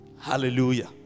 Hallelujah